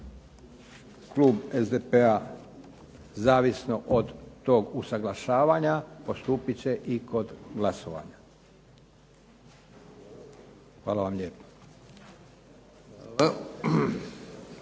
klub SDP-a zavisno od toga usuglašavanja postupit će i kod glasovanja. Hvala vam lijepa.